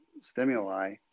stimuli